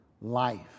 life